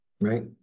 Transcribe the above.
right